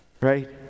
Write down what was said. right